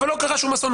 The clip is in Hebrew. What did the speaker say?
אבל לא קרה שום אסון,